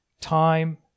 time